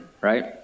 right